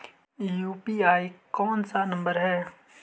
UPI कोन सा number हैं?